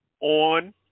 on